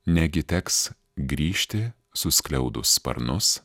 negi teks grįžti suskliaudus sparnus